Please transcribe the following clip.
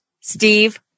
Steve